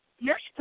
Nurse